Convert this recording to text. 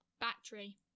battery